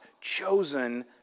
chosen